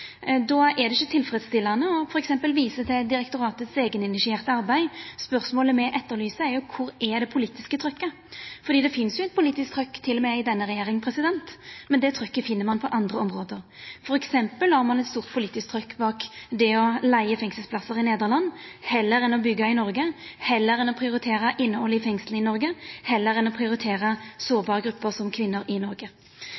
Då er det ikkje tilfredsstillande f.eks. å visa til direktoratets eigeinitierte arbeid. Spørsmålet me etterlyser, er kvar det politiske trykket er, for det finst eit politisk trykk – til og med i denne regjeringa – men det trykket finn ein på andre område. For eksempel har ein eit stort politisk trykk bak det å leiga fengselsplassar i Nederland heller enn å byggja i Noreg, heller enn å prioritera innhald i fengsel i Noreg, heller enn å